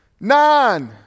Nine